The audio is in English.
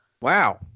Wow